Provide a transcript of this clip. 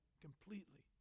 completely